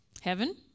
Heaven